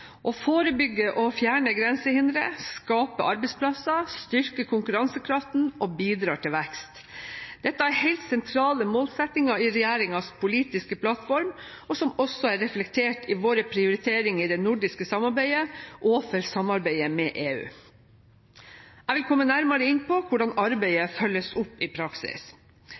Å forebygge og fjerne grensehindre skaper arbeidsplasser, styrker konkurransekraften og bidrar til vekst. Dette er helt sentrale målsettinger i regjeringens politiske plattform, som også er reflektert i våre prioriteringer for det nordiske samarbeidet og for samarbeidet med EU. Jeg vil komme nærmere inn på hvordan arbeidet følges opp i praksis.